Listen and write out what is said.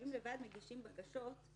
שחייבים מגישים לבד בקשות,